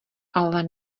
ale